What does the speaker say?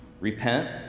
Repent